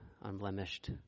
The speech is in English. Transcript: unblemished